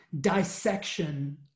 dissection